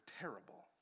terrible